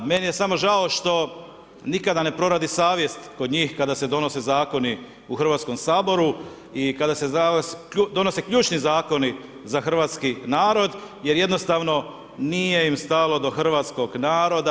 Meni je samo žao što nikada ne proradi savjest kod njih kada se donose Zakoni u u Hrvatskom saboru i kada se za vas donose ključni zakoni za hrvatski narod jer jednostavno nije im stalo do hrvatskog naroda.